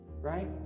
right